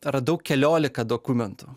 radau keliolika dokumentų